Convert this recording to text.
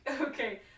Okay